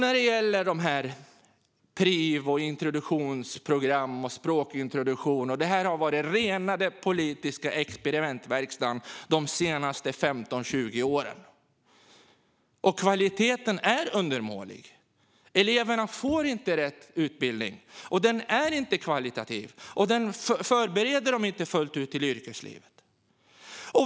När det gäller PRIV, introduktionsprogram och språkintroduktion har det varit rena politiska experimentverkstaden de senaste 15-20 åren. Kvaliteten är undermålig. Eleverna får inte rätt utbildning. Den är inte kvalitativ och förbereder dem inte fullt ut för yrkeslivet.